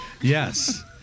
Yes